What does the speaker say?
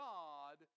God